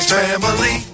family